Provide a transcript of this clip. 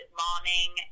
momming